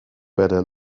better